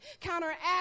Counteract